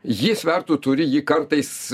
ji svertų turi ji kartais